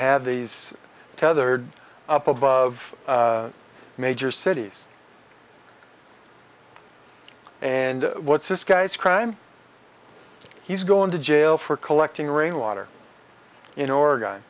have these tethered up above major cities and what's this guy's crime he's going to jail for collecting rainwater in oregon